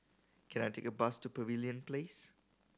can I take a bus to Pavilion Place